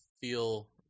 feel